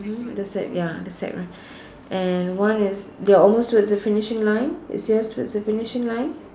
the sack ya the sack run and one is they're almost towards the finishing line is yours towards the finishing line